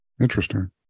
Interesting